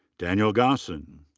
daniel gossen.